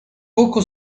poco